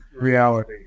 reality